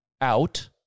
out